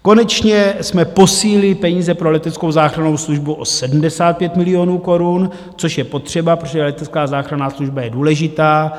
Konečně jsme posílili peníze pro leteckou záchrannou službu o 75 milionů korun, což je potřeba, protože letecká záchranná služba je důležitá.